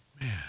Man